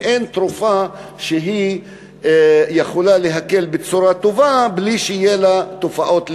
ואין תרופה שיכולה להקל בצורה טובה בלי שיהיו לה תופעות לוואי.